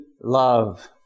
love